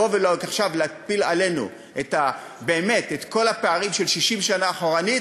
להפיל עלינו את כל הפערים של 60 שנה אחורנית,